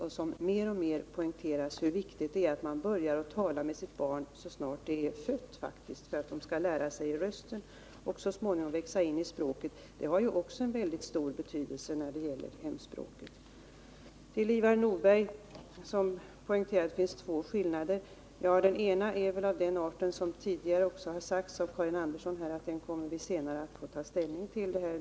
Det poängteras mer och mer hur viktigt det är att man börjar att tala med sitt barn så snart det är fött, så att barnet lär sig att känna igen föräldrarnas röster och så att det så småningom växer in i språket. Den frågan har också en stor betydelse när det gäller hemspråket. Ivar Nordberg betonade att det föreligger två skillnader mellan utskottets skrivning och det som anförts i den socialdemakratiska reservationen. Som tidigare har sagts också av Karin Andersson kommer vi när det gäller den ena skillnaden, den som avser de ekonomiska aspekterna, att senare få ta ställning till den frågan.